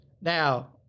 Now